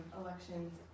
elections